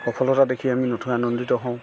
সফলতা দেখি আমি নথৈ আনন্দিত হওঁ